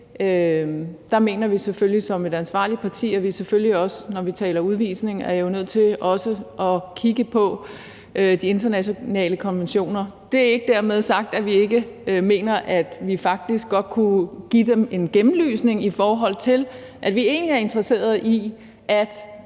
det mener vi selvfølgelig som et ansvarligt parti, at vi, når vi taler om udvisning, jo er nødt til også at kigge på de internationale konventioner. Det er ikke dermed sagt, at vi ikke mener, at vi faktisk godt kunne give dem en gennemlysning, i forhold til at vi egentlig er interesseret i, at